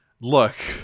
Look